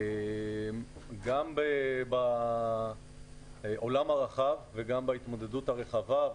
גם בעולם הרחב וגם בהתמודדות הרחבה,